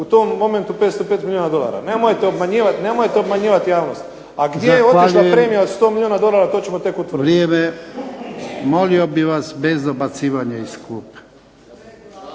u tom momentu 505 milijuna dolara. Nemojte obmanjivati javnost. A gdje je otišla premija od 100 milijuna dolara to ćemo tek utvrditi. **Jarnjak, Ivan (HDZ)**